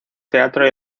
teatro